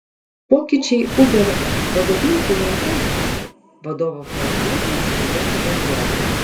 pokyčiai uber vadovybėje tęsiasi vadovo pavaduotojas palieka bendrovę